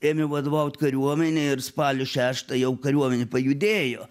ėmė vadovaut kariuomenei ir spalio šeštą jau kariuomenė pajudėjo